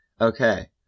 Okay